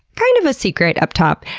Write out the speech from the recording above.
kind of a secret up top.